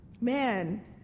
man